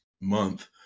month